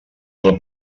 del